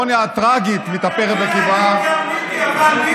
חברי חבר הכנסת,